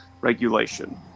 regulation